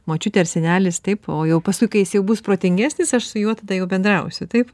močiutė ar senelis taip o jau paskui kai jis jau bus protingesnis aš su juo tada jau bendrausiu taip